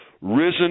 Risen